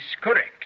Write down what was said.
correct